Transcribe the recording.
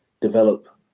develop